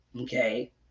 okay